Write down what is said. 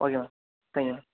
okay ma'am thank you ma'am